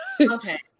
Okay